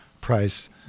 price